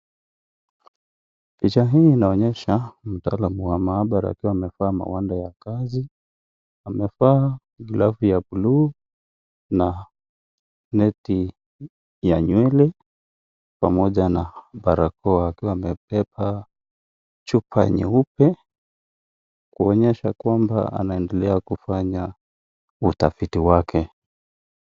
Picha hii inaonyesha, mtaalam wa mahabara akiwa amevaa magwanda ya kazi, amevaa glavu ya (cs)blue(cs), na, neti ya nywele, pamoja na parakoa, akiwa amepepa chupa nyeupe, kuonyesha kwamba anaendelea kufanya, utafiti wake.